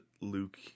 Luke